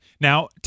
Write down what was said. Now